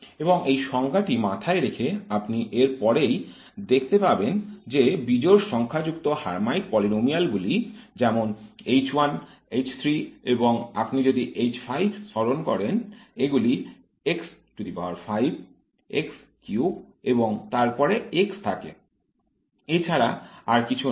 এবং এই সংজ্ঞাটি মাথায় রেখে আপনি এর পরেই দেখতে পাবেন যে বিজোড় সংখ্যাযুক্ত হার্মাইট পলিনোমিয়াল গুলি যেমন H 1 H 3 এবং যদি আপনি H 5 স্মরণ করেন এগুলিতে এবং তারপরে x থাকে এছাড়া আর কিছু না